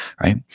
right